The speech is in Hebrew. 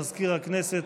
מזכיר הכנסת,